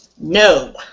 No